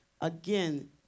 again